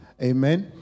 Amen